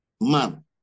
man